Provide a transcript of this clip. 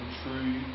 true